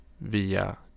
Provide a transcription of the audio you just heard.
via